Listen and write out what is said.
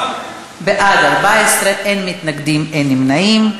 בעד 14, אין מתנגדים, אין נמנעים.